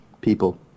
people